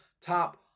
top